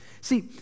See